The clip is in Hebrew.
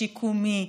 שיקומי,